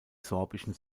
sorbischen